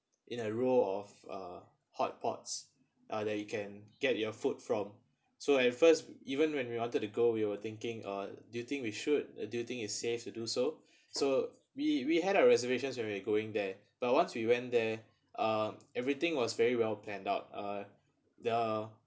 in a row of a hotpot uh that you can get your food from so at first even when we wanted to go we were thinking uh do you think we should do you think it's safe to do so so we we had a reservations when we were going there but once we went there uh everything was very well planned out uh their